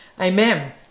Amen